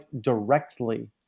directly